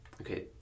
Okay